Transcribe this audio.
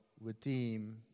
redeem